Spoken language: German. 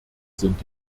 sind